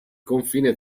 confine